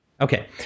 Okay